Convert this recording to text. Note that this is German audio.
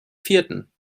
vierten